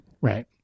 Right